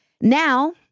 Now